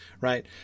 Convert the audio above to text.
right